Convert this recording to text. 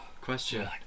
question